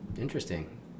interesting